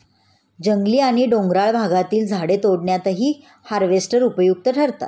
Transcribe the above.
जंगली आणि डोंगराळ भागातील झाडे तोडण्यातही हार्वेस्टर उपयुक्त ठरतात